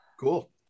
Cool